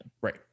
Right